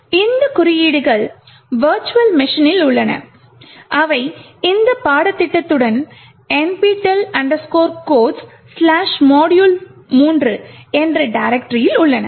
இந்த குறியீடுகள் விர்ச்சுவல் மெஷினில் உள்ளன அவை இந்த பாடத்திட்டத்துடன் nptel codes module3 என்ற டைரக்டரியில் உள்ளன